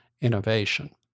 innovation